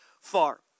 far